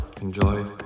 Enjoy